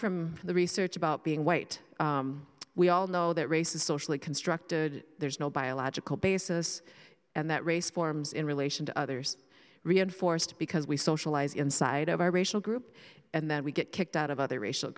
from the research about being white we all know that race is socially constructed there's no biological basis and that race forms in relation to others reinforced because we socialize inside of our racial group and then we get kicked out of other racial